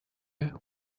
her